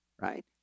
right